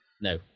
No